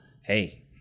hey